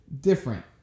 different